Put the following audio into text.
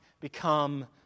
become